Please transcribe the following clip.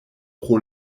pro